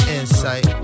insight